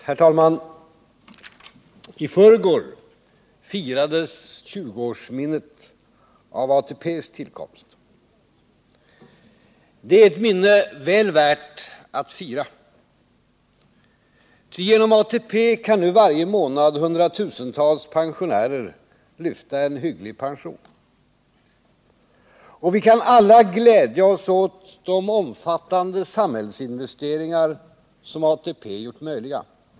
Herr talman! I förrgår firades 20-årsminnet av ATP:s tillkomst. Det är ett minne väl värt att fira. Ty genom ATP kan nu varje månad hundratusentals pensionärer lyfta en hygglig pension. Och vi kan alla glädja oss åt de omfattande samhällsinvesteringar som ATP gjort möjliga.